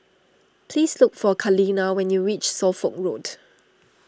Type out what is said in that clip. please look for Kaleena when you reach Suffolk Road